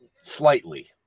Slightly